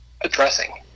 addressing